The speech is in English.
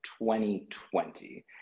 2020